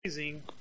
Amazing